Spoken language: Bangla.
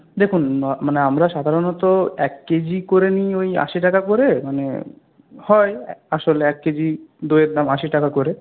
দেখুন মানে আমরা সাধারণত এক কেজি করে নিই ওই আশি টাকা করে মানে হয় আসলে এক কেজি দইয়ের দাম আশি টাকা করে